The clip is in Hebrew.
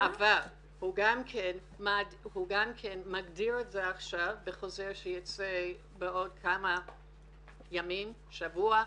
אבל הוא גם מגדיר אז זה עכשיו בחוזר שיצא בעוד כמה ימים שבוע,